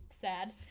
sad